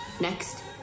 Next